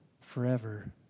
forever